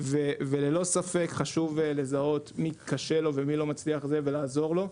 וללא ספק חשוב לזהות מי קשה לו ומי לא מצליח ולעזור לו.